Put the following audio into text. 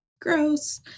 gross